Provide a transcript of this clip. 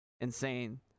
insane